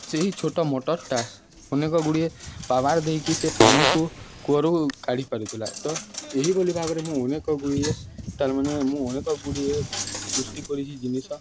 ସେହି ଛୋଟ ମଟର୍ଟା ଅନେକ ଗୁଡ଼ିଏ ପାୱାର୍ ଦେଇକି ସେ ପାଣିକୁ କୂଅରୁ କାଢ଼ି ପାରୁଥିଲା ତ ଏହିଭଳି ଭାବରେ ମୁଁ ଅନେକ ଗୁଡ଼ିଏ ତା'ର୍ମାନେ ମୁଁ ଅନେକ ଗୁଡ଼ିଏ ସୃଷ୍ଟି କରିଛିି ଜିନିଷ